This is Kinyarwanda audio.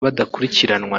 badakurikiranwa